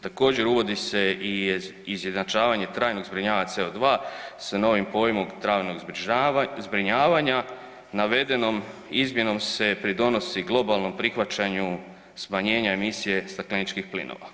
Također, uvodi se i izjednačavanje trajnog zbrinjavanje CO2, s novim pojmom trajnog zbrinjavanja, navedenom izmjenom se pridonosi globalnom prihvaćanju smanjenja emisije stakleničkih plinova.